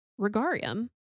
Regarium